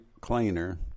cleaner